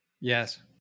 Yes